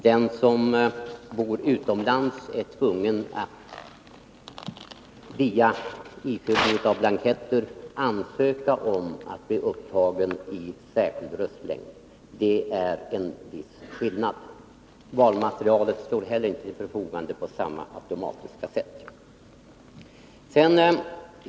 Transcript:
Den som bor utomlands är tvungen att via ifyllandet av blanketter ansöka om att bli upptagen i särskild röstlängd. Det är en viss skillnad. Valmaterialet står inte heller till förfogande på samma automatiska sätt.